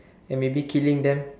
ya maybe killing them